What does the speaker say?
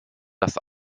das